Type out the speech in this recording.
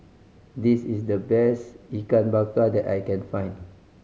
this is the best Ikan Bakar that I can find